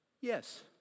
Yes